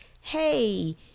hey